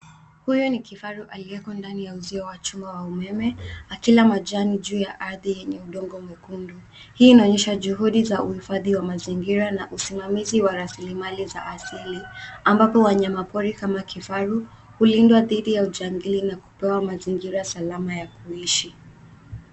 Huyu ni kifaru aliyeko ndani ya uzio wa chuma wa umeme, akila majani juu ya ardhi yenye udongo mwekundu. Hii inaonyesha juhudi za uhifadhi wa mazingira na usimamizi wa rasilimali za asili, ambapo wanyama pori kama kifaru hulindwa dhidi ya ujangili na kupewa mazingira salama ya kuishi.